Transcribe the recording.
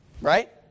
right